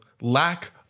lack